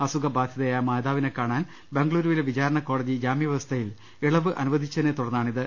അസുഖബാധിതയായ മാതാവിനെ കാണാൻ ബംഗളുരു്വിലെ വിചാരണ കോടതി ജാമ്യ വ്യവസ്ഥ യിൽ ഇളവ് അനൂവദിച്ചതിനെ തുടർന്നാണിത്